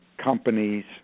companies